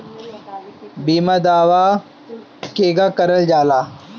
बीमा दावा केगा करल जाला?